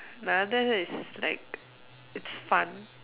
another one is like its fun